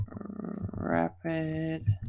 rapid